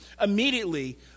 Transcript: Immediately